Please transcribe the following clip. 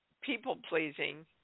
people-pleasing